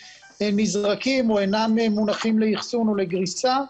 נזרקים או אינם מונחים לאחסון או לגריסה.